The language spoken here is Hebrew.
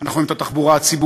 אנחנו רואים את התחבורה הציבורית,